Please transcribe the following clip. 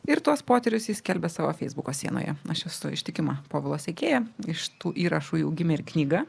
ir tuos potyrius jis skelbia savo feisbuko sienoje aš esu ištikima povilo sekėja iš tų įrašų jau gimė ir knyga